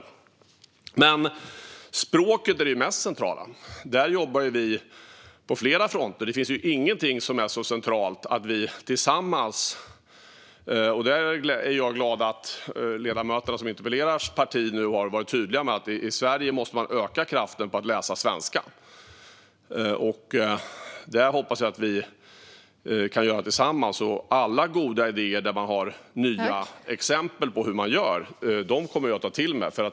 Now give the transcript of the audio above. Språket är ju det mest centrala. Där jobbar vi på flera fronter. Jag är glad att det parti som ledamöterna i debatten tillhör har varit tydligt med att Sverige måste öka kraften när det gäller att människor ska läsa svenska. Jag hoppas att vi kan göra detta tillsammans. Jag kommer att ta till mig alla goda idéer med nya exempel på hur man gör.